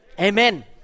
Amen